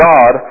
God